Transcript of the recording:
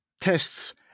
tests